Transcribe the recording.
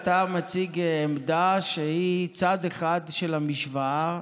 אתה מציג עמדה שהיא צד אחד של המשוואה,